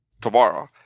tomorrow